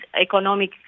economic